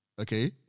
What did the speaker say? Okay